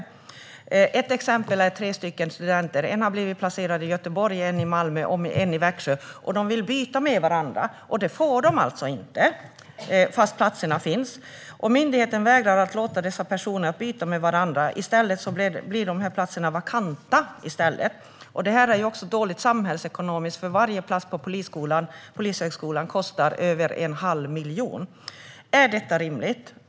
Det gäller exempelvis tre studenter varav en har blivit placerad i Göteborg, en i Malmö och en i Växjö. De vill byta med varandra, men det får de alltså inte fast platserna finns. Myndigheten vägrar låta dessa personer byta med varandra. I stället blir platserna vakanta. Detta är också samhällsekonomiskt dåligt, för varje plats på Polishögskolan kostar över en halv miljon. Är detta rimligt?